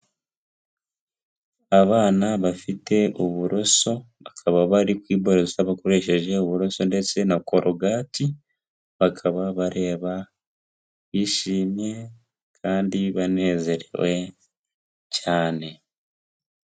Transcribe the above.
Abana bafite uburoso, bakaba bari kwiborosa bakoresheje uburoso ndetse na korogati, bakaba bareba bishimye kandi banezerewe cyane.